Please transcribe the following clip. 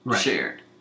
shared